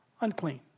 unclean